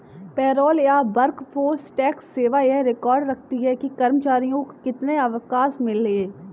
payroll या workforce tax सेवा यह रिकॉर्ड रखती है कि कर्मचारियों को कितने अवकाश मिले